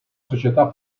società